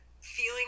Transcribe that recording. feeling